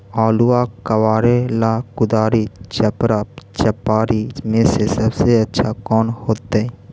आलुआ कबारेला कुदारी, चपरा, चपारी में से सबसे अच्छा कौन होतई?